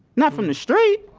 not from the street!